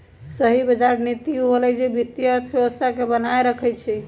सही बजार नीति उ होअलई जे वित्तीय अर्थव्यवस्था के बनाएल रखई छई